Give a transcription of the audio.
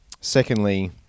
Secondly